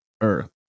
earth